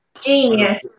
Genius